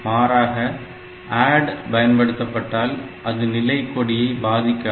மாறாக ADD பயன்படுத்தப்பட்டால் அது நிலை கொடியை பாதிக்காது